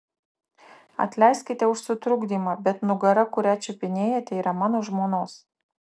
atleiskite už sutrukdymą bet nugara kurią čiupinėjate yra mano žmonos